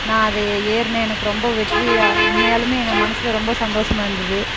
நான் அது ஏறின எனக்கு ரொம்ப வெற்றி உண்மையாலுமே நான் மனசில் ரொம்ப சந்தோசமாகருந்துது